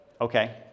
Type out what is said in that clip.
Okay